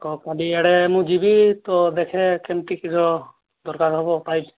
କ କାଲିଆଡ଼େ ମୁଁ ଯିବି ତ ଦେଖେ କେମିତି କିସ ଦରକାର ହେବ ପାଇପ୍